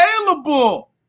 available